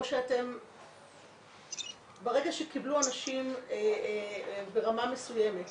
ברגע שקיבלו אנשים ברמה מסוימת,